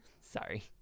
Sorry